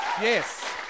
Yes